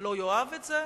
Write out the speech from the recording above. לא יאהב את זה,